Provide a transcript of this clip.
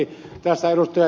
tässä ed